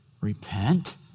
repent